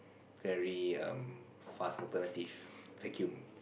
very um fast alternative vacuum